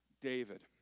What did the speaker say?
David